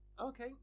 Okay